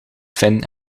finn